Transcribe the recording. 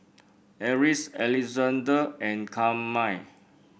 Eris Alexande and Carmine